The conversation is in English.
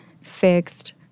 fixed